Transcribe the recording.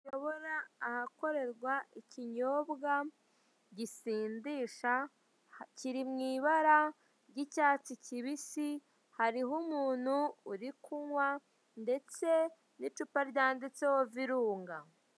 Ndabona ahakorerwa ikinyobwa gisindisha kiri mu ibara ry'icyatsi kibisi, hariho umuntu uri kunywa ndetse n'icupa ryanditseho Virunga.